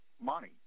money